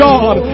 God